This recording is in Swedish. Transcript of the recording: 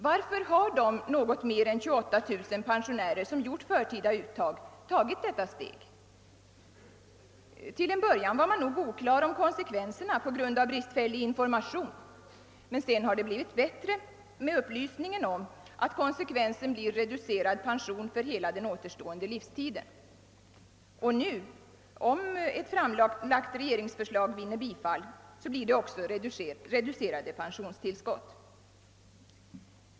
Varför har de något mer än 28000 pensionärer som gjort förtida uttag tagit detta steg? Till en början var man nog oklar om konsekvenserna på grund av bristfällig information. Sedan har det blivit bättre med upplysningen om att konsekvensen blir reducerad pension för hela den återstående livstiden. Och nu — om ett framlagt regeringsförslag vinner bifall — blir det också reducerade pensionstillskott.